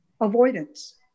avoidance